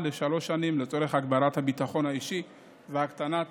לשלוש שנים לצורך הגברת הביטחון האישי והקטנת